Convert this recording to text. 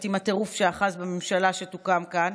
עם הטירוף שאחז בממשלה שתוקם כאן,